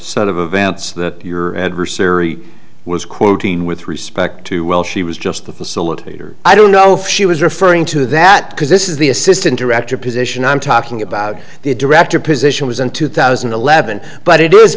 sort of events that your adversary was quoting with respect to well she was just a facilitator i don't know if she was referring to that because this is the assistant director position i'm talking about the director position was in two thousand and eleven but it is